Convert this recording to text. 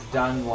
done